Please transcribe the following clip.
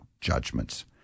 judgments